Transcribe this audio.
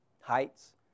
Heights